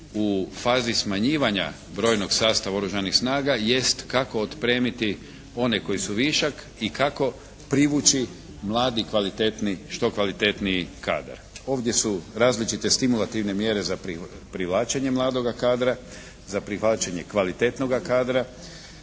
u fazi smanjivanja brojnog sastava Oružanih snaga jest kako otpremiti one koji su višak i kako privući mladi kvalitetniji, što kvalitetniji kadar. Ovdje su različite stimulativne mjere za privlačenje mladoga kadra, za privlačenje kvalitetnoga kadra,